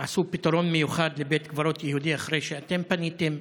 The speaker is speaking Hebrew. עשו פתרון מיוחד לבית קברות יהודי אחרי שאתם פניתם,